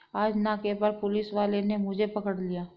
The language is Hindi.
आज नाके पर पुलिस वाले ने मुझे पकड़ लिया